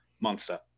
monster